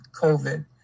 COVID